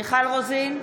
מיכל רוזין,